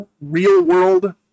real-world